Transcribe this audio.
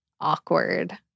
awkward